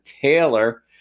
Taylor